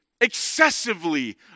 excessively